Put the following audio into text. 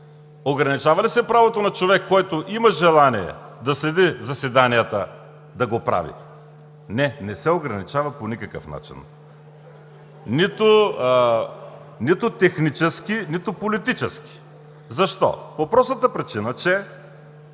Ограничава ли се правото на човек, който има желание да следи заседанията, да го прави? Не, не се ограничава по никакъв начин – нито технически, нито политически. Защо? По простата причина, че